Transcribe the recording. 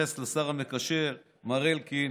להתייחס לשר המקשר מר אלקין.